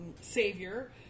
savior